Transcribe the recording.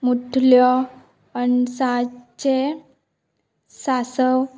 मुठल्यो अनसाचें सांसव